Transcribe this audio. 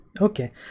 Okay